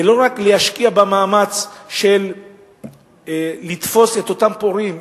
ולא רק להשקיע מאמץ בלתפוס את אותם פורעים,